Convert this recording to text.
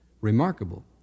Remarkable